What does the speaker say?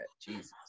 Jesus